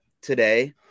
today